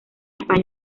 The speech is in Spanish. españa